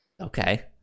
Okay